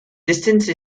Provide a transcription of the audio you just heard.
distance